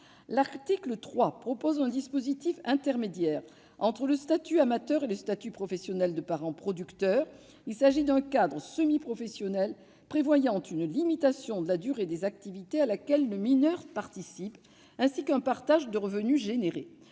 à mettre en place un dispositif intermédiaire entre le statut amateur et le statut professionnel de parent producteur. Il s'agit d'un cadre semi-professionnel, prévoyant une limitation de la durée des activités à laquelle le mineur participe, ainsi qu'un partage des revenus générés.